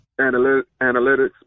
analytics